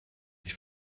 sich